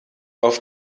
auf